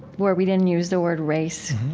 where we didn't use the word race,